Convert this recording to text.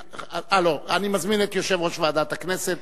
אני מזמין את יושב-ראש ועדת הכנסת,